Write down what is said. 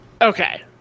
Okay